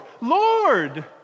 Lord